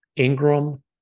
Ingram